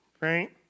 right